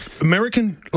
American